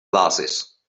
glasses